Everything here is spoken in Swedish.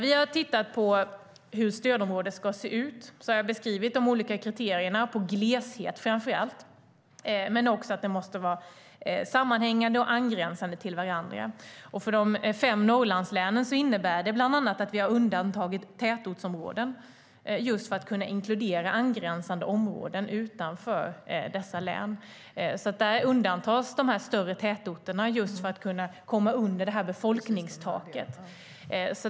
Vi har tittat på hur stödområdet ska se ut, och jag har beskrivit de olika kriterierna på framför allt gleshet. Men det måste också vara sammanhängande och angränsande till varandra. För de fem Norrlandslänen innebär det bland annat att vi har undantagit tätortsområden just för att kunna inkludera angränsande områden utanför dessa län. Där undantas de större tätorterna just för att kunna komma under befolkningstaket.